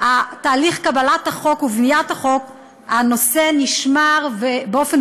תהליך קבלת החוק ובניית החוק הנושא נשמר ובאופן